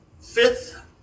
fifth